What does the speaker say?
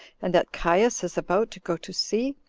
and that caius is about to go to sea?